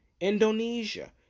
Indonesia